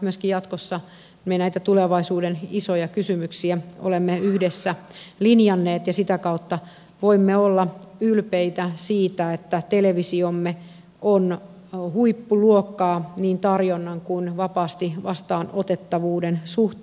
myöskin jatkossa me näitä tulevaisuuden isoja kysymyksiä yhdessä linjaamme ja sitä kautta voimme olla ylpeitä siitä että televisiomme on huippuluokkaa niin tarjonnan kuin vapaasti vastaanotettavuuden suhteen